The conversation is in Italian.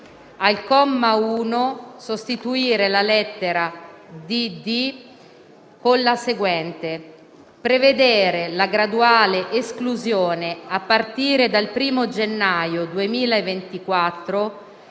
"*Al comma 1 sostituire la lettera* dd) *con la seguente*: «prevedere la graduale esclusione, a partire dal 1° gennaio 2024,